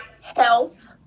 health